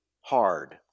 hard